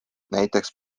näiteks